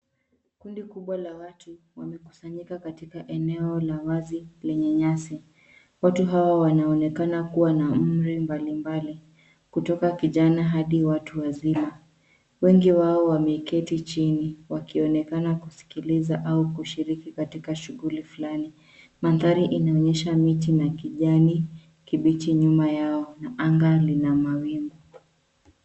Kundi kubwa la watu limekusanyika katika eneo la wazi lenye nyasi. Watu hawa wanaonekana kuwa na umri mbalimbali, kutoka vijana hadi watu wazima. Wengi wao wameketi chini, wakionekana kusikiza au kushiriki katika shughuli fulani. Mandhari inaonyesha miti ya kijani kibichi nyuma yao na anga ina mawingu.